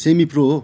semi pro हो